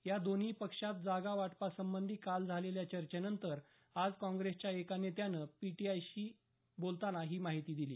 या दोन्ही पक्षांत जागावाटपासंबंधी काल झालेल्या चर्चेनंतर आज काँग्रेसच्या एका नेत्यानं पीटीआय व्त्तसंस्थेला ही माहिती दिली